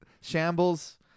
Shambles